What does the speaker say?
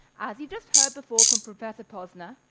as you just heard before, from professor posner,